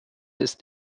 ist